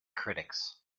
critics